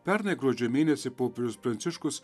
pernai gruodžio mėnesį popiežius pranciškus